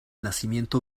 nacimiento